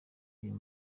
n’uyu